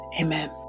Amen